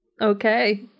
Okay